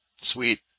Sweet